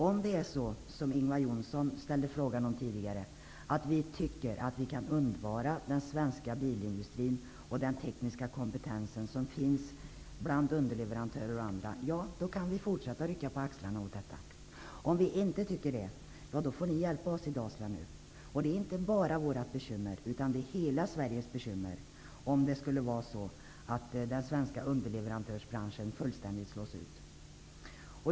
Om vi tycker -- Ingvar Johnsson ställde tidigare en fråga om det -- att vi kan undvara den svenska bilindustrin och den tekniska kompetens som finns bland underleverantörer och andra kan vi fortsätta att rycka på axlarna åt detta. Om vi inte tycker det får ni nu hjälpa oss i Dalsland. Det är inte bara vårt bekymmer, utan det är hela Sveriges bekymmer, om den svenska underleverantörsbranschen fullständigt slås ut.